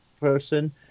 person